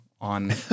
on